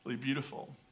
beautiful